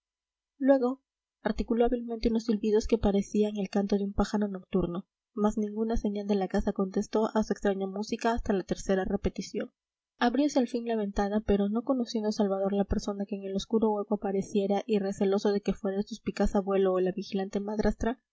luego articuló hábilmente unos silbidos que parecían el canto de un pájaro nocturno mas ninguna señal de la casa contestó a su extraña música hasta la tercera repetición abriose al fin la ventana pero no conociendo salvador la persona que en el oscuro hueco apareciera y receloso de que fuera el suspicaz abuelo o la vigilante madrastra